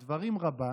בדברים רבה